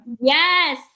Yes